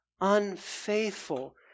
unfaithful